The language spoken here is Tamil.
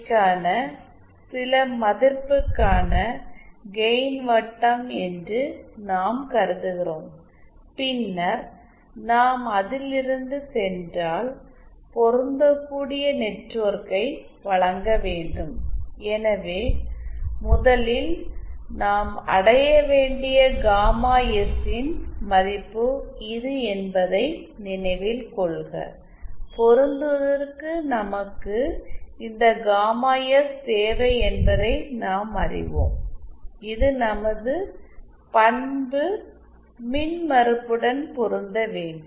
க்கான சில மதிப்பிற்கான கெயின் வட்டம் என்று நாம் கருதுகிறோம் பின்னர் நாம் அதிலிருந்து சென்றால் பொருந்தக்கூடிய நெட்வொர்க்கை வழங்க வேண்டும் எனவே முதலில் நாம் அடைய வேண்டிய காமா எஸ் ன் மதிப்பு இது என்பதை நினைவில் கொள்க பொருந்துவதற்கு நமக்கு இந்த காமா எஸ் தேவை என்பதை நாம் அறிவோம் இது நமது பண்பு மின்மறுப்புடன் பொருந்த வேண்டும்